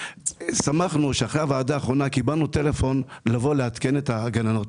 שמחנו שאחרי ישיבת הוועדה האחרונה קיבלנו טלפון לבוא ולעדכן את הגננות.